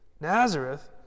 Nazareth